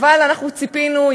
אבל אנחנו ציפינו,